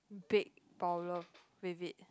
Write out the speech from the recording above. big problem with it